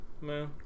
man